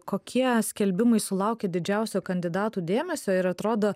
kokie skelbimai sulaukė didžiausio kandidatų dėmesio ir atrodo